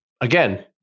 again